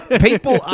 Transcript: people